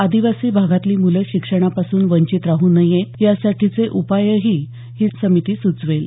आदिवासी भागातली मुलं शिक्षणापासून वंचित राहू नयेत यासाठीचे उपायही ही समिती सुचवेल